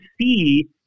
see